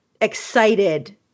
excited